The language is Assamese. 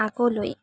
আগলৈ